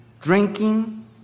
drinking